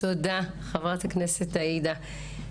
תודה, חברת הכנסת עאידה.